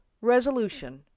resolution